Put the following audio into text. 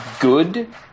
good